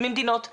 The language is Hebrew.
ממדינות אחרות.